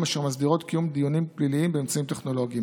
אשר מסדירות קיום דיונים פליליים באמצעים טכנולוגיים.